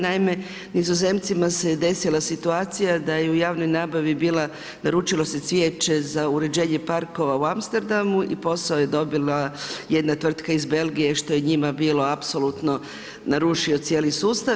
Naime, Nizozemcima se desila situacija da je u javnoj nabavi bila, naručilo se cvijeće za uređenje parkova u Amsterdamu i posao je dobila jedna tvrtka iz Belgije što je njima bilo apsolutno, narušilo cijeli sustav.